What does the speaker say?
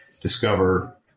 discover